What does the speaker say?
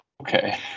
okay